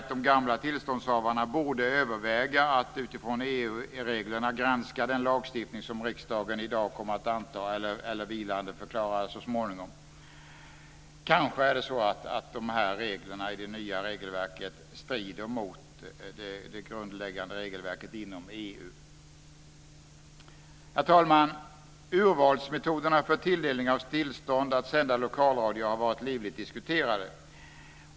De gamla tillståndshavarna borde nog därför överväga att utifrån EU-reglerna granska den lagstiftning som riksdagen i dag kommer att anta eller så småningom vilandeförklara. Kanske är det så att reglerna i det nya regelverket strider mot det grundläggande regelverket inom EU. Herr talman! Urvalsmetoderna för tilldelning av tillstånd att sända lokalradio har varit livligt diskuterade.